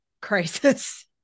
crisis